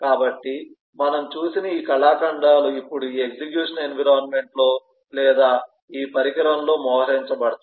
కాబట్టి మనం చూసిన ఈ కళాఖండాలు ఇప్పుడు ఈ ఎగ్జిక్యూషన్ ఎన్విరాన్మెంట్ లో లేదా ఈ పరికరంలో మోహరించబడతాయి